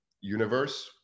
universe